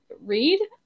read